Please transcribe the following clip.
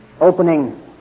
opening